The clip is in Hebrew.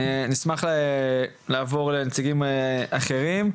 נשמח לעבור לנציגים אחרים,